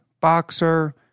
boxer